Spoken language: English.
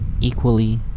equally